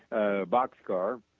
a box car.